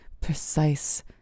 precise